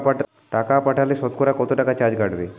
টাকা পাঠালে সতকরা কত টাকা চার্জ কাটবে?